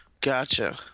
Gotcha